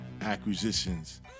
acquisitions